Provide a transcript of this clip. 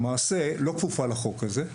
למעשה לא כפופה לחוק הזה,